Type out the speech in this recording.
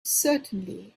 certainly